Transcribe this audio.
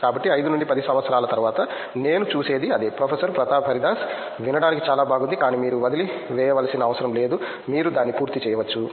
కాబట్టి 5 నుండి 10 సంవత్సరాల తర్వాత నేను చూసేది అదే ప్రొఫెసర్ ప్రతాప్ హరిదాస్ వినడానికి చాలా బాగుంది కానీ మీరు వదిలివేయవలసిన అవసరం లేదు మీరు దాన్ని పూర్తి చేయవచ్చు